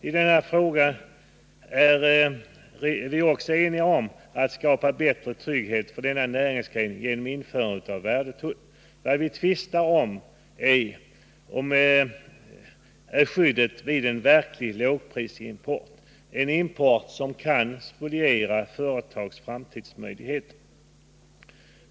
I denna fråga är vi också eniga om att skapa bättre trygghet för denna näringsgren genom införande av en värdetull. Vad vi tvistar om är skyddet vid en verklig lågprisimport, en import som kan spoliera företags framtidsmöjligheter.